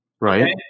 Right